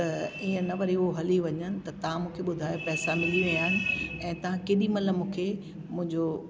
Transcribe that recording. त ईअं न वरी उहे हली वञनि त तव्हां मूंखे ॿुधायो त पैसा मिली वया आहिनि ऐं तव्हां केॾी महिल मूंखे मुंहिंजो